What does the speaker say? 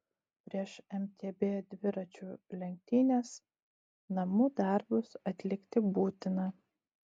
prieš mtb dviračių lenktynes namų darbus atlikti būtina